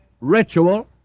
ritual